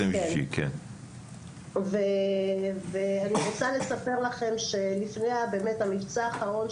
אני רוצה לספר לכם שלפני המבצע האחרון,